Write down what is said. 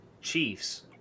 Chiefs